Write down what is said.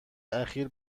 اخیر